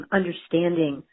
understanding